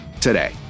today